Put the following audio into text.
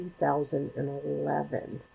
2011